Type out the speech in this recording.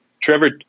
Trevor